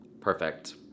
Perfect